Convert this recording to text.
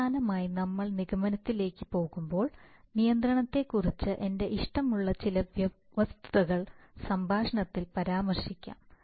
അവസാനമായി നമ്മൾ നിഗമനത്തിലേക്ക് പോകുമ്പോൾ നിയന്ത്രണത്തെ കുറിച്ച് എന്റെ ഇഷ്ടമുള്ള ചില വസ്തുതകൾ സംഭാഷണത്തിൽ പരാമർശിക്കാം